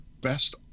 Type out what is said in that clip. best